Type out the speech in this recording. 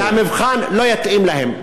שהמבחן לא יתאים להם,